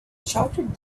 shouted